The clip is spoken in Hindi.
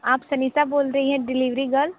आप सनीता बोल रही हैं डिलीवरी गर्ल